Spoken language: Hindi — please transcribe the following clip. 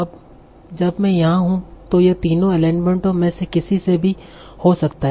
अब जब मैं यहां हूं तो यह तीनों एलीमेंटोमें से किसी से भी हो सकता है